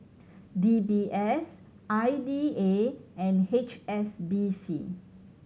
D B S I D A and H S B C